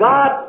God